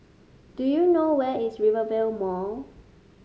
do you know where is Rivervale Mall